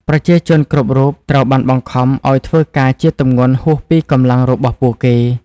ប្រជាជនគ្រប់រូបត្រូវបានបង្ខំឱ្យធ្វើការជាទម្ងន់ហួសពីកម្លាំងរបស់ពួកគេ។